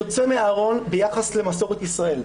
יוצא מהארון ביחס למסורת ישראל,